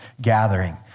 gathering